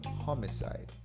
homicide